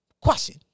Question